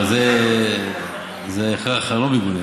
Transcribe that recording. אבל זה ההכרח הלא-יגונה,